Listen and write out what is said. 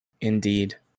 Indeed